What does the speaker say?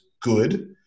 good